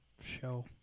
show